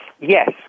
yes